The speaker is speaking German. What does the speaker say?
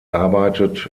arbeitet